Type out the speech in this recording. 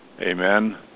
Amen